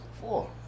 Four